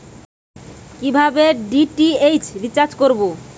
কিভাবে DTH recharge করব?